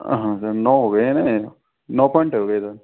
हाँ सर नौ हो गए हैं नौ पॉइंट हो गए हैं सर